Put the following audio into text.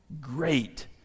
Great